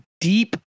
deep